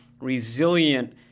resilient